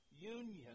union